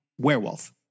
werewolf